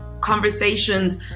conversations